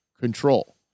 control